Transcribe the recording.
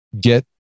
get